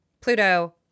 Pluto